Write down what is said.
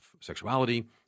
sexuality